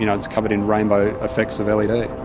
you know it's covered in rainbow effects of led.